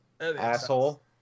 Asshole